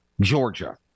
Georgia